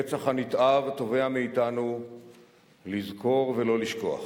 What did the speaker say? הרצח הנתעב תובע מאתנו לזכור ולא לשכוח.